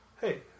Hey